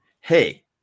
hey